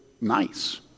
nice